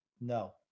no